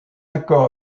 accord